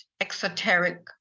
exoteric